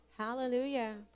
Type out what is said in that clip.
Hallelujah